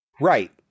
Right